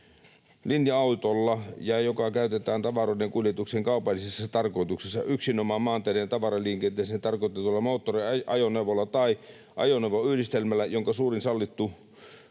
linja-autolla tai jota käytetään tavaroiden kuljetukseen kaupallisessa tarkoituksessa yksinomaan maanteiden tavaraliikenteeseen tarkoitetulla moottoriajoneuvolla tai ajoneuvoyhdistelmällä, jonka suurin sallittu